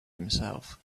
himself